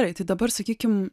gerai tai dabar sakykim